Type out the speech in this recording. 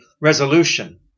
resolution